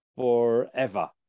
forever